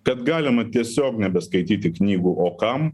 kad galima tiesiog nebeskaityti knygų o kam